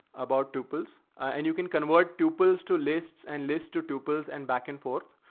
about two pills and you can convert two pills, two lists and list to two pills and back and forth.